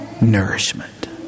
nourishment